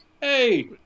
Hey